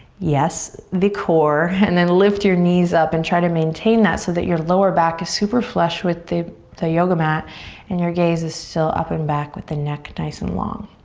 yes the core. and then lift your knees up and try to maintain that so that your lower back is super flush with the the yoga mat and your gaze is still up and back with the neck nice and long.